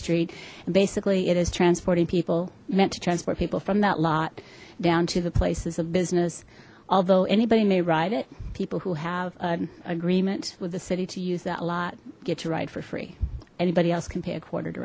street basically it is transporting people meant to transport people from that lot down to the places of business although anybody may ride it people who have an agreement with the city to use that a lot get to ride for free anybody else can pay a quarter to